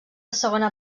segona